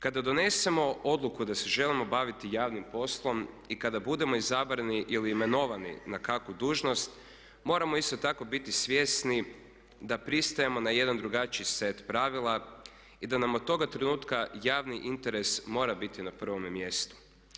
Kada donesemo odluku da se želimo baviti javnim poslom i kada budemo izabrani ili imenovani na kakvu dužnost moramo isto tako biti svjesni da pristajemo na jedan drugačiji set pravila i da nam od toga trenutka javni interes mora biti na prvom mjestu.